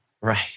Right